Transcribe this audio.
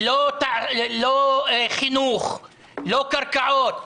לא חינוך, לא קרקעות,